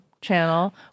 channel